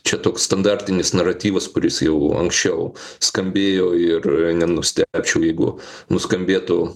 čia toks standartinis naratyvas kuris jau anksčiau skambėjo ir nenustebčiau jeigu nuskambėtų